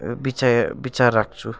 बिचाय बिचार राख्छु